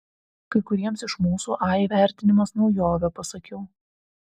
kai kuriems iš mūsų a įvertinimas naujovė pasakiau